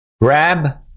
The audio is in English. grab